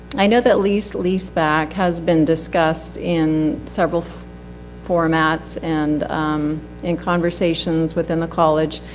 i know that lees leisvac has been discussed in several formats and in conversations within the college,